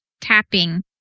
tapping